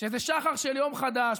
שזה שחר של יום חדש,